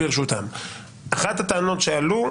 אחת הטענות שעלו,